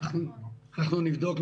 אנחנו נבדוק.